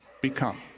become